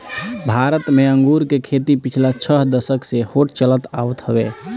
भारत में अंगूर के खेती पिछला छह दशक से होत चलत आवत हवे